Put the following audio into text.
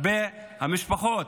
המשפחות,